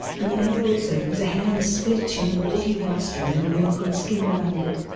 the male also has a hairless split chin and warty rostrum with wrinkled skin around it.